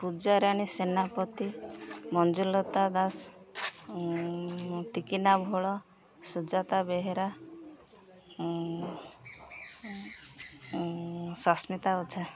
Pujarani Senapati Manjulata Das Tikina Bhol Sujata Behera Sasmita Ojha